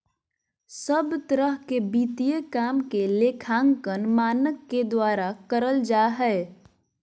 सब तरह के वित्तीय काम के लेखांकन मानक के द्वारा करल जा हय